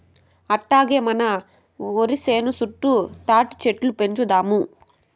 అట్టాగే మన ఒరి సేను చుట్టూ తాటిచెట్లు పెంచుదాము